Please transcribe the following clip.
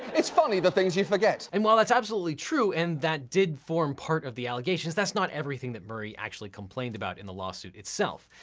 it's funny the things you forget. and while it's absolutely true and that did form part of the allegations, that's not everything that murray actually complained about in the lawsuit itself.